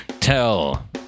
Tell